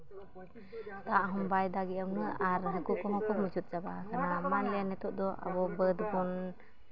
ᱫᱟᱜ ᱦᱚᱸ ᱵᱟᱭ ᱫᱟᱜᱮᱼᱟ ᱩᱱᱟᱹᱜ ᱟᱨ ᱦᱟᱹᱠᱩ ᱠᱚᱦᱚᱸ ᱠᱚ ᱢᱩᱪᱟᱹᱫ ᱪᱟᱸᱵᱟ ᱟᱠᱟᱱᱟ ᱢᱟᱱᱞᱤᱭᱟ ᱱᱤᱛᱚᱜ ᱫᱚ ᱟᱵᱚ ᱵᱟᱹᱫᱽ ᱵᱚᱱ